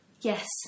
Yes